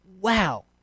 wow